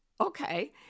okay